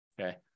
Okay